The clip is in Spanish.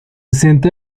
centra